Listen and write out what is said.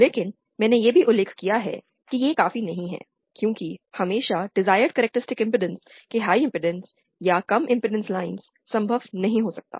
लेकिन मैंने यह भी उल्लेख किया है कि यह काफी नहीं है क्योंकि हमेशा डेसिरड कैरेक्टरिस्टिक इमपेडेंस के हाई इमपेडेंस या कम इमपेडेंस लायंस संभव नहीं हो सकता है